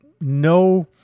no